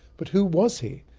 but who was he?